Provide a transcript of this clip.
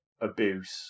abuse